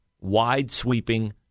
wide-sweeping